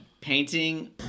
painting